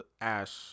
Ash